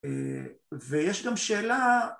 ויש גם שאלה...